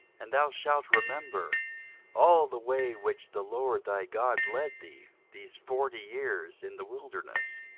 and thou shalt remember all the way which the lord thy god led thee these forty years in the wilderness,